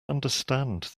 understand